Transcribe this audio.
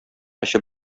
эчеп